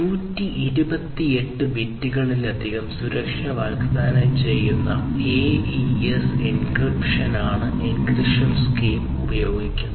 128 ബിറ്റുകളിലധികം സുരക്ഷ വാഗ്ദാനം ചെയ്യുന്ന AES എൻക്രിപ്ഷനാണ് എൻക്രിപ്ഷൻ സ്കീം ഉപയോഗിക്കുന്നത്